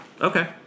Okay